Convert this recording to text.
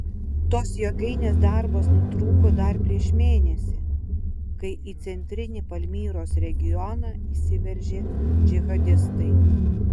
tos jėgainės darbas nutrūko dar prieš mėnesį kai į centrinį palmyros regioną įsiveržė džihadistai